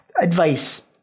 Advice